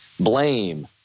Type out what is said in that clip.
Blame